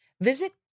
Visit